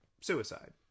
suicide